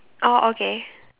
oh okay